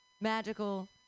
magical